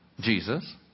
Jesus